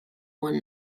one